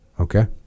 Okay